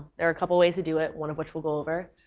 there are a couple ways to do it, one of which we'll go over.